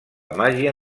màgia